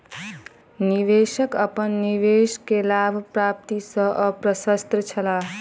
निवेशक अपन निवेश के लाभ प्राप्ति सॅ अप्रसन्न छला